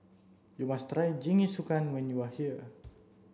you must Jingisukan when you are here